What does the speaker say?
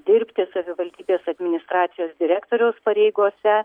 dirbti savivaldybės administracijos direktoriaus pareigose